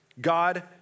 God